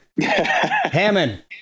Hammond